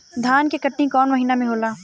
धान के कटनी कौन महीना में होला?